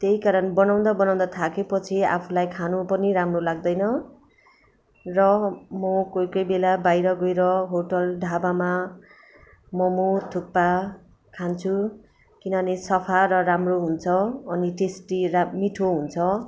त्यही कारण बनाउँदा बनाउँदा थाकेपछि आफूलाई खानु पनि राम्रो लाग्दैन र म कोही कोही बेला बाहिर होटेल ढाबामा मोमो थुक्पा खान्छु किनभने सफा र राम्रो हुन्छ अनि टेस्टी र मिठो हुन्छ